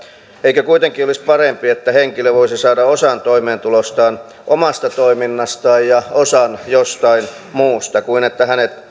eikö kuitenkin olisi parempi että henkilö voisi saada osan toimeentulostaan omasta toiminnastaan ja osan jostain muusta kuin että hänet